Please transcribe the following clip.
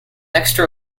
extra